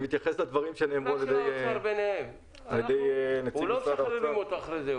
לא משחררים אותו אחרי זה,